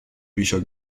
bücher